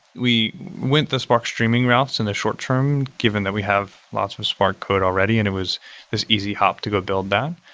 we went the spark streaming route in the short term given that we have lots of spark code already and it was this easy hop to go build that.